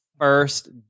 first